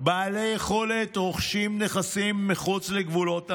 בעלי היכולת רוכשים נכסים מחוץ לגבולות המדינה,